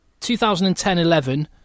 2010-11